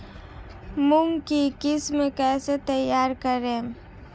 मूंग की किस्म कैसे तैयार करें?